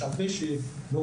יש כאלו שלא